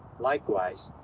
likewise,